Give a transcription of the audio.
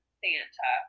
santa